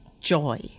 joy